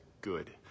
good